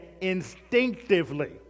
instinctively